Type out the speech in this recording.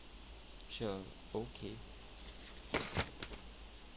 sure okay